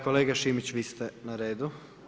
Kolega Šimić, vi ste na redu.